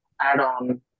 add-on